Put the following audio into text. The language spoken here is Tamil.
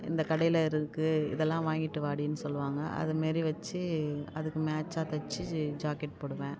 இந்த கடையில் இருக்குது இதெல்லாம் வாங்கிட்டு வாடின்னு சொல்வாங்க அது மாரி வைச்சு அதுக்கு மேட்ச்சாக தைச்சு ஜாக்கெட் போடுவேன்